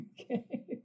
Okay